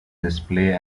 display